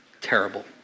terrible